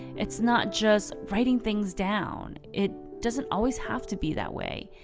it's not just writing things down. it doesn't always have to be that way.